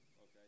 Okay